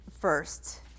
first